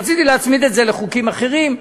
רציתי להצמיד את זה לחוקים אחרים,